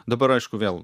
dabar aišku vėl